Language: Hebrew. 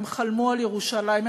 הם חלמו על ירושלים,